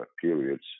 periods